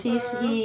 err